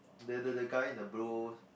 that that the guys in the blues